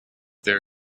their